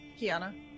Kiana